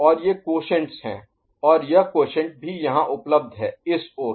और ये क्वॉशैंटस हैं और यह क्वॉशैंट भी यहाँ उपलब्ध है इस ओर